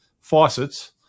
faucets